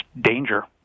danger